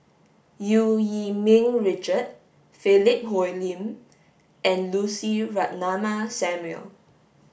Eu Yee Ming Richard Philip Hoalim and Lucy Ratnammah Samuel